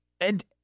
And-